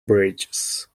bridges